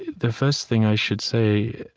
the first thing i should say,